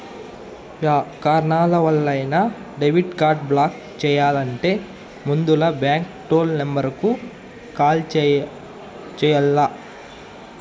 yeah కారణాలవల్లైనా debit card block చెయ్యాలంటే ముందల బాంకు టోల్ నెంబరుకు కాల్ చెయ్యాల్ల